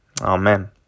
Amen